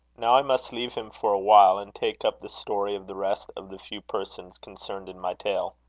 now i must leave him for a while, and take up the story of the rest of the few persons concerned in my tale.